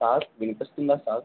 sir వినిపిస్తుందా sir